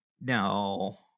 no